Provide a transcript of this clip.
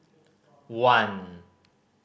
one